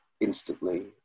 instantly